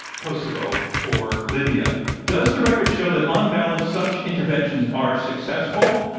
kosovo, or libya does the record show that, on balance, such interventions are successful,